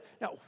Now